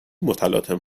متلاطم